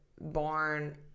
born